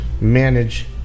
manage